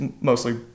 mostly